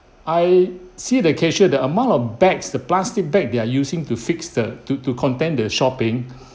I see the cashier the amount of bags the plastic bag they're using to fix the to to content the shopping